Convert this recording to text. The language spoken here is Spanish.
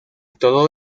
todo